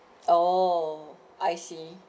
oh I see